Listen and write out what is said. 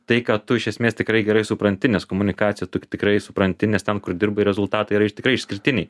tai ką tu iš esmės tikrai gerai supranti nes komunikaciją tu tikrai supranti nes ten kur dirbai rezultatai yra tikrai išskirtiniai